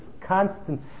constant